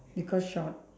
because short